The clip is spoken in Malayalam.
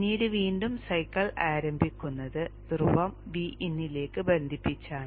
പിന്നീട് വീണ്ടും സൈക്കിൾ ആരംഭിക്കുന്നത് ധ്രുവം V in ലേക്ക് ബന്ധിപ്പിച്ചാണ്